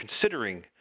considering